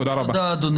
תודה רבה.